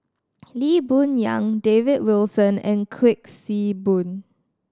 Lee Boon Yang David Wilson and Kuik Swee Boon